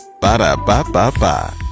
Ba-da-ba-ba-ba